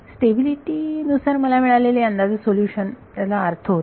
stability नुसार मला मिळालेले अंदाजे सोल्युशन त्याला अर्थ होता